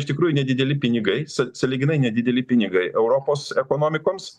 iš tikrųjų nedideli pinigai sa sąlyginai nedideli pinigai europos ekonomikoms